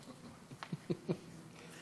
אורי, ואהבת לרעך כמוך.